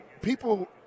people